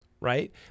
right